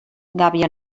gàbia